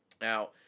Now